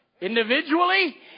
individually